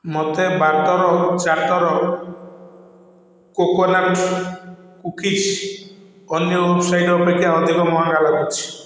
ମୋତେ butter chatter coconut cookies ଅନ୍ୟ website ଅପେକ୍ଷା ଅଧିକ ମହଙ୍ଗା ଲାଗୁଛି